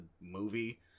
movie